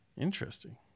Interesting